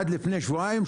עד לפני שבועיים,